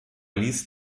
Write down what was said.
liest